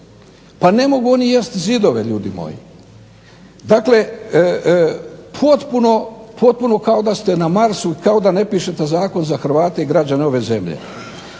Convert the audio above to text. Pa ne mogu oni jesti zidove ljudi moji. Dakle potpuno kao da ste na Marsu, kao da ne pišete zakon za Hrvate i građane ove zemlje.